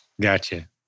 Gotcha